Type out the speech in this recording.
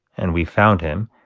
and we found him.